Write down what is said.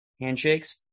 handshakes